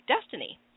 destiny